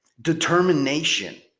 determination